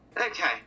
Okay